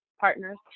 partners